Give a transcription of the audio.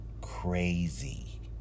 crazy